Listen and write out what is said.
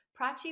Prachi